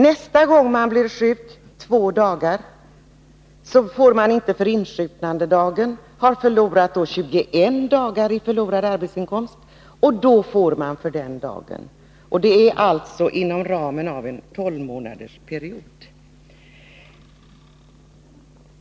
Nästa gång man blir sjuk två dagar, får man ingenting insjuknandedagen. Således har man kommit upp i 21 dagar i förlorad arbetsinkomst och får ingen ersättning för den aktuella dagen. Det är alltså inom ramen för en tolvmånadersperiod.